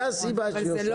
זה הסיבה שהיא עושה את זה.